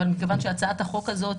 אבל מכיוון שהצעת החוק הזאת,